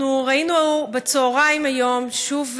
אנחנו ראינו היום בצוהריים, שוב,